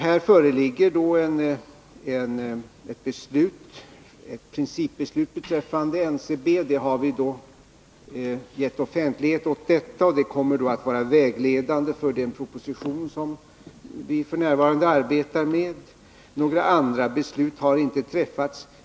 Här föreligger ett principbeslut beträffande NCB. Vi har gett offentlighet åt detta, och det kommer att vara vägledande för den proposition som vi f. n. arbetar med. Några andra beslut har inte fattats.